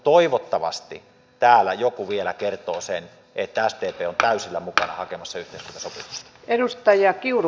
toivottavasti täällä joku vielä kertoo sen että sdp on täysillä mukana hakemassa yhteiskuntasopimusta